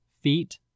feet